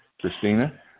Christina